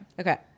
Okay